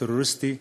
הטרוריסטי.